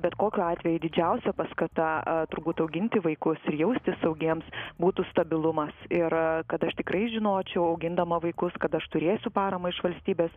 bet kokiu atveju didžiausia paskata turbūt auginti vaikus ir jaustis saugiems būtų stabilumas ir kad aš tikrai žinočiau augindama vaikus kad aš turėsiu paramą iš valstybės